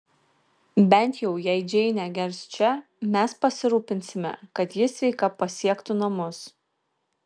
bent jau jei džeinė gers čia mes pasirūpinsime kad ji sveika pasiektų namus